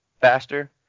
faster